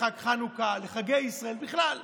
לחג חנוכה, לחגי ישראל בכלל.